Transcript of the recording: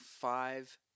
five